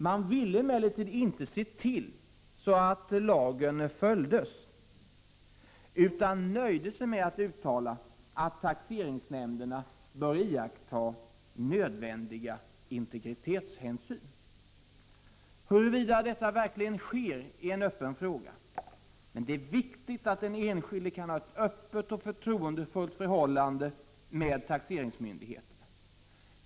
Man ville emellertid inte se till att lagen följdes, utan nöjde sig med att uttala att taxeringsnämnderna bör iaktta nödvändiga integritetshänsyn. Huruvida detta verkligen sker är en öppen fråga. Det är viktigt att den enskilde kan ha ett öppet och förtroendefullt förhållande till taxeringsmyndigheterna.